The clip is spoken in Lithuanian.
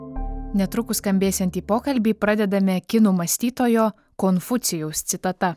netrukus skambėsiantį pokalbį pradedame kinų mąstytojo konfucijaus citata